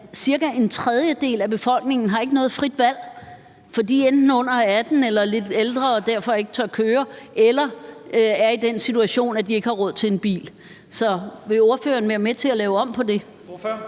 cirka en tredjedel af befolkningen ikke har noget frit valg, fordi de enten er under 18 år eller er lidt ældre og derfor ikke tør køre eller er i den situation, at de ikke har råd til en bil? Så vil ordføreren være med til at lave om på det?